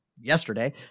yesterday